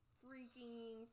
freaking